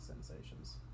sensations